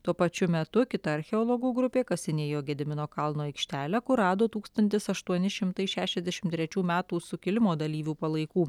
tuo pačiu metu kita archeologų grupė kasinėjo gedimino kalno aikštelę kur rado tūkstantis aštuoni šimtai šešiasdešim trečių metų sukilimo dalyvių palaikų